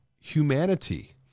humanity